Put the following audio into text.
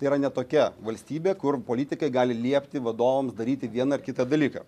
tai yra ne tokia valstybė kur politikai gali liepti vadovams daryti vieną ar kitą dalyką